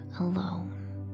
alone